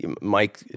Mike